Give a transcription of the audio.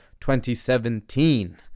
2017